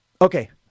Okay